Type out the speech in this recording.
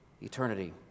eternity